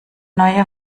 neue